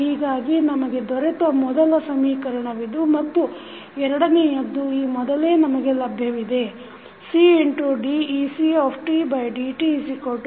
ಹೀಗಾಗಿ ನಮಗೆ ದೊರೆತ ಮೊದಲ ಸಮೀಕರಣವಿದು ಮತ್ತು ಎರಡನೆಯದ್ದು ಈ ಮೊದಲೇ ನಮಗೆ ಲಭ್ಯವಿದೆ Cdecdtit